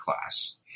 class